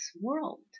world